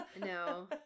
No